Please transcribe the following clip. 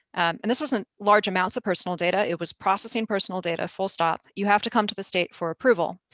and this wasn't large amounts of personal data, it was processing personal data, full stop, you have to come to the state for approval.